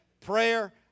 prayer